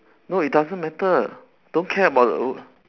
no it doesn't matter don't care about